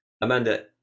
Amanda